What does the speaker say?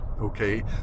Okay